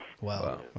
Wow